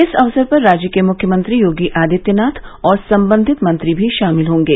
इस अवसर पर राज्य के मुख्यमंत्री योगी आदित्यनाथ और संबंधित मंत्री भी शामिल होंगे